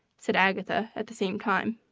said agatha, at the same time.